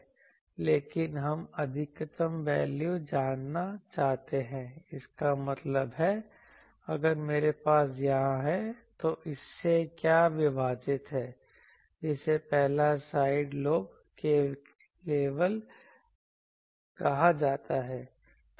लेकिन हम अधिकतम वैल्यू जानना चाहते हैं इसका मतलब है अगर मेरे पास यहां है तो इससे क्या विभाजित है जिसे पहला साइड लोब लेवल कहा जाता है